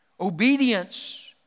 Obedience